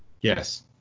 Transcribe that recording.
Yes